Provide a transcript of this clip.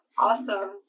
Awesome